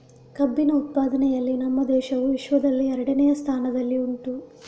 ಕಬ್ಬಿನ ಉತ್ಪಾದನೆಯಲ್ಲಿ ನಮ್ಮ ದೇಶವು ವಿಶ್ವದಲ್ಲಿ ಎರಡನೆಯ ಸ್ಥಾನದಲ್ಲಿ ಉಂಟು